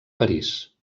parís